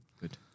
Good